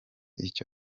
icyo